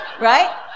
right